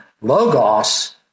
Logos